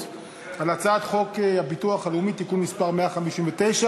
על הצעת חוק הביטוח הלאומי (תיקון מס' 159)